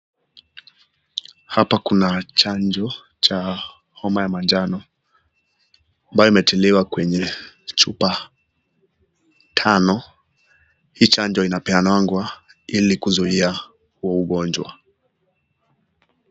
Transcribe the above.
Hapa kuna chanjo cha homa ya manjano ambayo imetiliwa kwenye chupa tano ,hii chanjo inapeanangwa ili kuzuia huu ugonjwa.